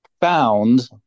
found